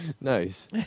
Nice